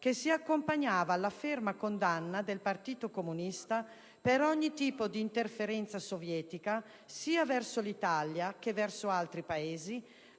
che si accompagnava alla ferma condanna del Partito Comunista per ogni tipo di interferenza sovietica sia verso l'Italia, che verso altri Paesi,